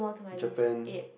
Japan